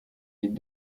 les